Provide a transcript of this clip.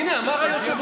הינה, אמר היושב-ראש.